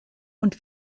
und